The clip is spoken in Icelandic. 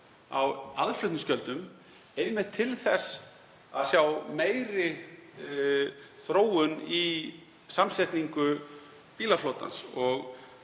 á aðflutningsgjöldum, einmitt til þess að sjá meiri þróun í samsetningu bílaflotans.